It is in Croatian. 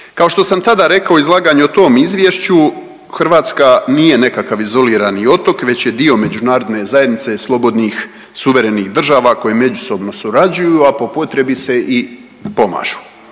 Kao što sam tada rekao u izlaganju o tom izvješću Hrvatska nije nekakav izolirani otok već je dio međunarodne zajednice slobodnih suverenih država koje međusobno surađuju, a po potrebi se i pomažu.